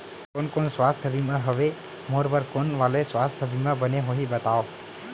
कोन कोन स्वास्थ्य बीमा हवे, मोर बर कोन वाले स्वास्थ बीमा बने होही बताव?